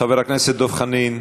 חבר הכנסת דב חנין,